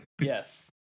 Yes